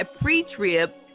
pre-trip